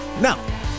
Now